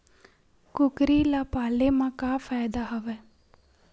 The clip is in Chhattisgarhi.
कुकरी ल पाले म का फ़ायदा हवय?